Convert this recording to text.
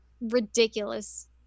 ridiculous